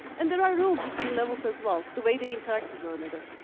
and there are rules with being levels as well, the way they interact with one another,